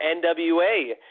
NWA